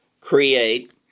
create